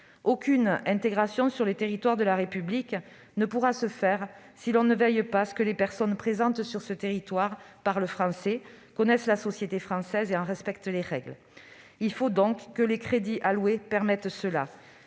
aucune intégration sur le territoire de la République ne pourra se faire si l'on ne veille pas à ce que les personnes présentes sur ce territoire parlent français, connaissent la société française et en respectent les règles. Il faut donc que les crédits alloués le permettent.